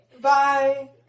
bye